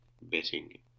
betting